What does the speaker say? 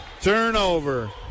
turnover